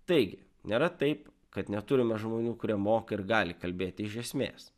taigi nėra taip kad neturime žmonių kurie moka ir gali kalbėti iš esmės